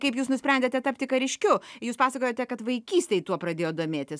kaip jūs nusprendėte tapti kariškiu jūs pasakojote kad vaikystėj tuo pradėjot domėtis